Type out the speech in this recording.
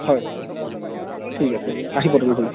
হয় ঠিক আছে আহিব তেনেহ'লে